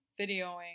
videoing